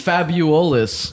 Fabulous